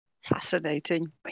Fascinating